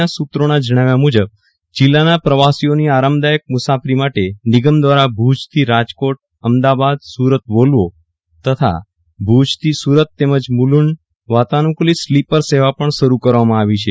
ના સુત્રોના જણાવ્યા મૂજબ જિલ્લાના પ્રવાસીઓની આરામદાયક મુસાફરી માટે નિગમ દવારા ભુજથી રાજકોટ અમદાવાદ સુરત વોલ્વો તથા ભુજથી સુરત તેમજ મુલુંડ વાલાનુકુલીત સ્લીપરસેવા પણ શરૂ કરવામાં આવી છે